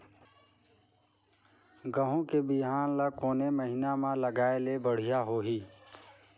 गहूं के बिहान ल कोने महीना म लगाय ले बढ़िया होही?